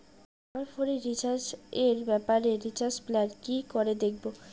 আমার ফোনে রিচার্জ এর ব্যাপারে রিচার্জ প্ল্যান কি করে দেখবো?